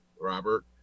Robert